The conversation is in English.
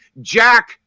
Jack